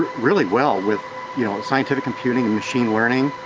really well with you know scientific computing and machine learning,